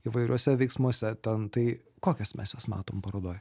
įvairiuose veiksmuose ten tai kokias mes jas matom parodoj